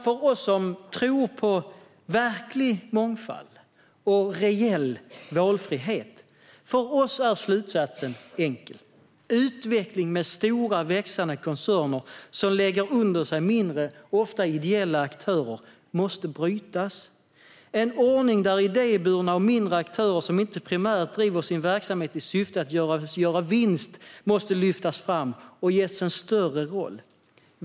För oss som tror på verklig mångfald och reell valfrihet är slutsatsen enkel: Utvecklingen med stora, växande koncerner som lägger under sig mindre, ofta ideella aktörer, måste brytas. En ordning där idéburna och mindre aktörer, som inte primärt driver sin verksamhet i syfte att göra vinst, måste lyftas fram och ges en större roll.